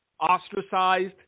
ostracized